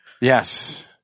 Yes